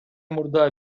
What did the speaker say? мурда